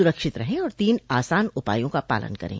सुरक्षित रहें और तीन आसान उपायों का पालन करें